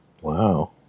Wow